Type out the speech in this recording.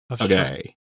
Okay